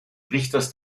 richters